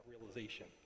realization